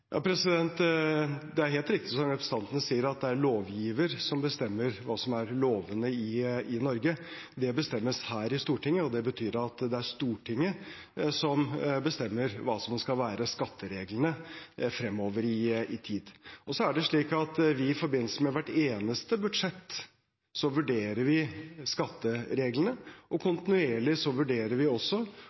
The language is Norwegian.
Det er helt riktig som representanten sier, at det er lovgiver som bestemmer hva som er lovene i Norge. Det bestemmes her i Stortinget, og det betyr at det er Stortinget som bestemmer hva som skal være skattereglene fremover i tid. Så er det slik at vi i forbindelse med hvert eneste budsjett vurderer skattereglene, og vi vurderer også kontinuerlig om praktiseringen av skattereglene er i henhold til de forskriftene som fastsettes, og